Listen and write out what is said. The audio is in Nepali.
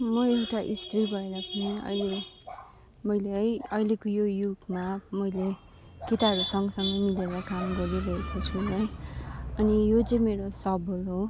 म एउटा स्त्री भएर पनि अहिले मैले है अहिलेको यो युगमा मैले केटाहरू सँगसँगै मिलेर काम गरिरहेको छु है अनि यो चै मेरो सबल हो